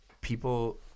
people